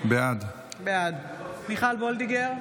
בעד מיכל מרים וולדיגר,